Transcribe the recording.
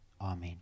Amen